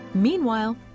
Meanwhile